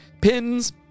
pins